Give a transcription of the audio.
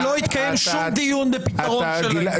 ולא התקיים שום דיון בפתרון שלהן.